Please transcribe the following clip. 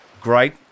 great